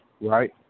right